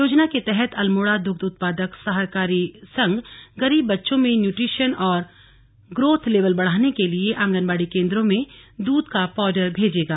योजना के तहत अल्मोड़ा दुग्ध उत्पादक सहकारी संघ गरीब बच्चों में न्यूट्रिशन और ग्रोथ लेवल बढ़ाने के लिए आंगनबाड़ी केन्द्रों में दूध का पावडर भेजेगा